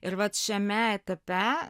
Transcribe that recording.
ir vat šiame etape